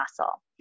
muscle